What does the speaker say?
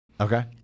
Okay